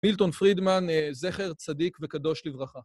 מילטון פרידמן אה.. זכר צדיק וקדוש לברכה.